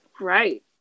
Right